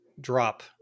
drop